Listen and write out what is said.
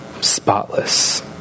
Spotless